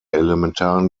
elementaren